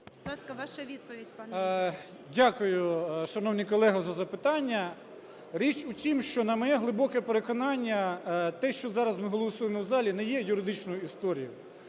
ЛУЦЕНКО І.В. Дякую, шановний колего, за запитання. Річ у тім, що на моє глибоке переконання те, що зараз ми голосуємо в залі, не є юридичною історією.